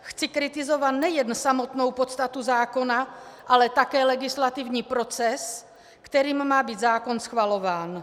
Chci kritizovat nejen samotnou podstatu zákona, ale také legislativní proces, kterým má být zákon schvalován.